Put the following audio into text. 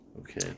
Okay